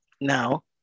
now